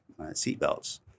seatbelts